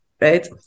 right